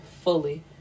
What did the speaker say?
fully